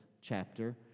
chapter